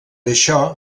això